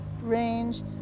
range